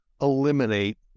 eliminate